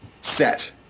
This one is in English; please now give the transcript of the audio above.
set